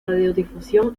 radiodifusión